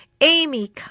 Amy